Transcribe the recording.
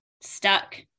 stuck